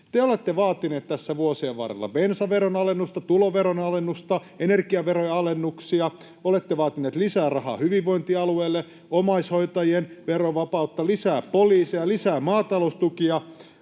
Te olette vaatineet tässä vuosien varrella bensaveron alennusta, tuloveron alennusta ja energiaverojen alennuksia, olette vaatineet lisää rahaa hyvinvointialueille, omaishoitajien verovapautta, lisää poliiseja, lisää maataloustukia,